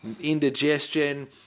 indigestion